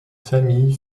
famille